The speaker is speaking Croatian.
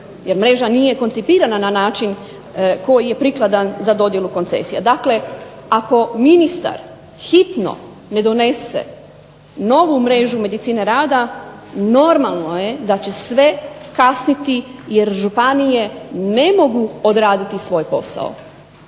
jer mreža nije koncipirana na način koji je prikladan za dodjelu koncesija. Dakle, ako ministar hitno ne donese novu mrežu medicine rada normalno je da će sve kasniti jer županije ne mogu odraditi svoj posao.